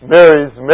Mary's